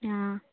ആ